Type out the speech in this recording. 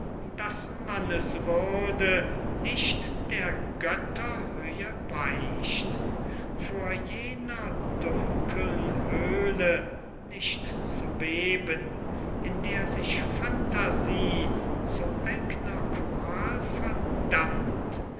beweisen daß mannes würde nicht der götterhöhe weicht vor jener dunkeln höhle nicht zu beben in der sich phantasie zu eigner quaal verdammt